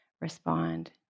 respond